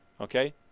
Okay